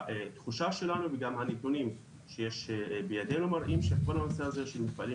התחושה שלנו וגם הנתונים שיש בידנו מראים שכל הנושא הזה של מפעלים